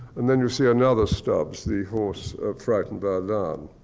and then you see another stubbs, the horse frightened by a